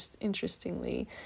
interestingly